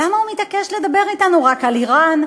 למה הוא מתעקש לדבר אתנו רק על איראן,